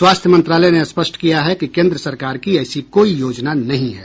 स्वास्थ्य मंत्रालय ने स्पष्ट किया है कि केन्द्र सरकार की ऐसी कोई योजना नहीं है